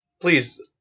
Please